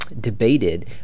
debated